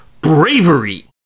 bravery